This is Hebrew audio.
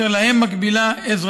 אשר יש להם מקבילה אזרחית.